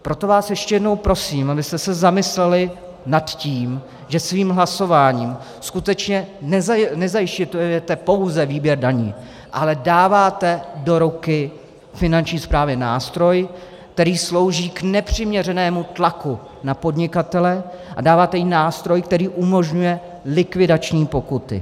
Proto vás ještě jednou prosím, abyste se zamysleli nad tím, že svým hlasováním skutečně nezajišťujete pouze výběr daní, ale dáváte do ruky Finanční správě nástroj, který slouží k nepřiměřenému tlaku na podnikatele, a dáváte jí nástroj, který umožňuje likvidační pokuty.